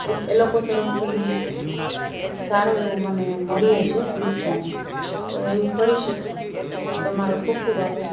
એ લોકો તરફથી સારો એવો મને મળ્યો છે રેસપોન્સ તો એવું કરી શકશો તમારો ખૂબ ખૂબ આભાર